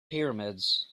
pyramids